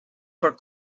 for